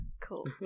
cool